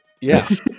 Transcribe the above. Yes